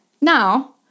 now